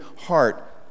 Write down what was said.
heart